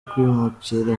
kwimukira